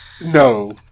No